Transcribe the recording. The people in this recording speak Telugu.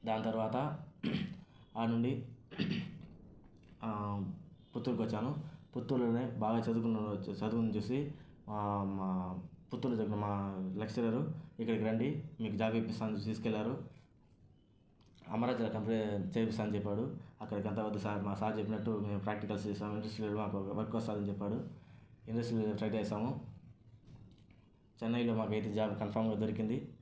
దాని తర్వాత ఆడ నుండి పుత్తూరుకి వచ్చాను పుత్తూరులోనే బాగా చదువుకున్నాను చదువుని చూసి పుత్తూరులో చదివే మా లెక్చరర్ ఇక్కడికి రండి ఇక్కడ జాబ్ ఇప్పిస్తాను అని చెప్పాడు అమర్ రాజా కంపెనీ చేర్పిస్తా అని చెప్పాడు అక్కడికంత వద్దు సార్ మా సార్ చెప్పినట్టు మేము ప్రాక్టికల్ చేస్తే మాకు వర్క్ వస్తుంది అని చెప్పాడు ఇండస్ట్రీలో ట్రై చేసాము చెన్నైలో మాకైతే జాబ్ కన్ఫామ్గా దొరికింది